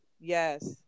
yes